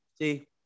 see